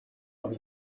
vous